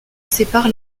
sépare